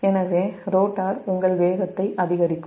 எனவே ரோட்டார் உங்கள் வேகத்தை அதிகரிக்கும்